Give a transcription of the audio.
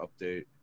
update